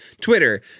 Twitter